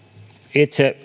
itse